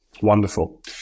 Wonderful